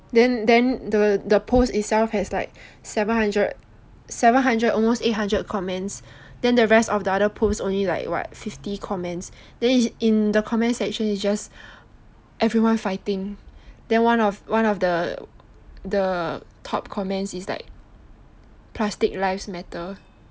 then then the the post itself has like seven hundred almost eight hundred comments then the rest of the other posts only like what fifty comments then in the comment section it's just everyone fighting then one of one of the the top comments is like plastic lives matter